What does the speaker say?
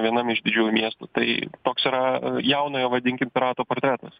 vienam iš didžiųjų miestų tai koks yra jaunojo vadinkim pirato portretas